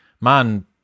man